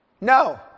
No